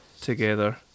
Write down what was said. together